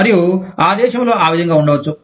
మరియు ఆ దేశంలో ఆ విధంగా వుండవచ్చు